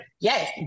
yes